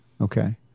Okay